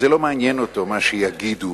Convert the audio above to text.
מעניין אותו מה שיגידו,